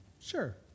sure